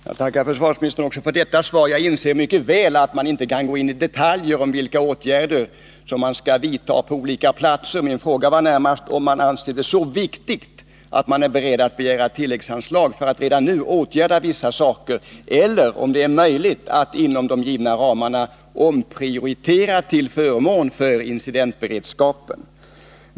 Herr talman! Jag tackar försvarsministern också för detta svar. Jag inser mycket väl att han inte kan gå in i detaljer om vilka åtgärder man skall vidta på olika platser. Min fråga var närmast om man anser detta så viktigt att man är beredd att begära tilläggsanslag för att redan nu kunna åtgärda vissa saker, eller om det är möjligt att inom de givna ramarna omprioritera till förmån för incidentberedskapen.